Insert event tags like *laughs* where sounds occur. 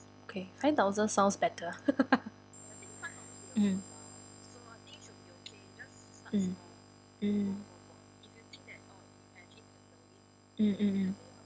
okay five thousand sounds better *laughs* mm mm mm mm mm mm